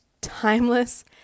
timeless